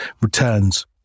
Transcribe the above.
returns